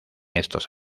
estos